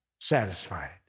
satisfied